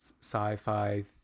sci-fi